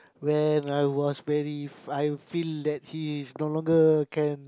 when I was very I feel that he's no longer can